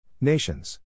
Nations